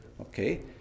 Okay